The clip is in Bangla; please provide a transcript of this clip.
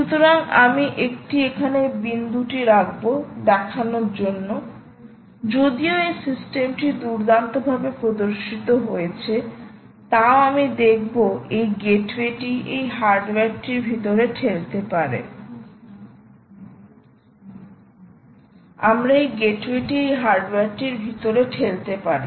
সুতরাং আমি একটি এখানে বিন্দুটি রাখব দেখানোর জন্য যদিও এই সিস্টেমটি দুর্দান্তভাবে প্রদর্শিত হয়েছে তাও আমি দেখাবো এই গেটওয়েটি এই হার্ডওয়্যারটির ভিতরে ঠেলতে পারি